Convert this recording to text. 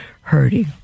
hurting